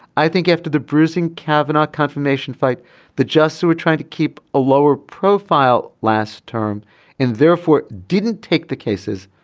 i think after the bruising kavanaugh confirmation fight the justices so were trying to keep a lower profile last term and therefore didn't take the cases.